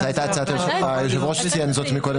זו הייתה הצעת היושב-ראש שציין זאת קודם